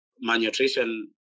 malnutrition